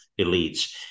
elites